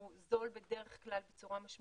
מחיר הגז הטבעי הוא זול בדרך כלל בצורה משמעותית